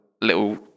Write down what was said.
Little